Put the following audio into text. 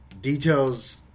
details